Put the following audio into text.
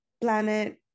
planet